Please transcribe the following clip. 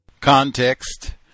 Context